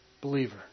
believer